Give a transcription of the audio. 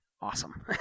awesome